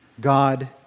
God